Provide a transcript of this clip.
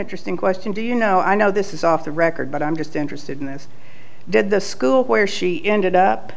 interesting question do you know i know this is off the record but i'm just interested in this did the school where she ended up